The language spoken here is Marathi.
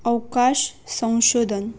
अवकाश संशोधन